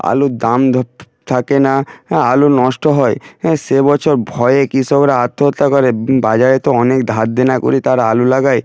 আলুর দাম দর থাকে না আলু নষ্ট হয় হ্যাঁ সে বছর ভয়ে কৃষকরা আত্মহত্যা করে বাজারে তো অনেক ধার দেনা করে তারা আলু লাগায়